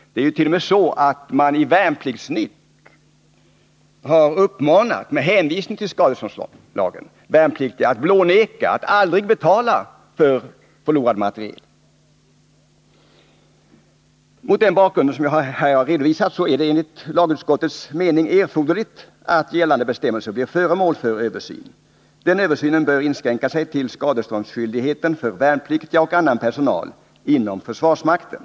Det är t.o.m. så att man i Värnplikts-Nytt med hänvisning till skadeståndslagen har uppmanat de värnpliktiga att blåneka och aldrig betala för förlorad materiel. Mot den bakgrund som jag här har redovisat är det enligt lagutskottets mening erforderligt att gällande bestämmelser blir föremål för översyn. Översynen bör inskränka sig till skadeståndsskyldigheten för värnpliktiga och annan personal inom försvarsmakten.